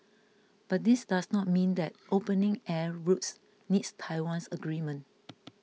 but this does not mean that opening air routes needs Taiwan's agreement